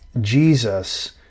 Jesus